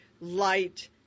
light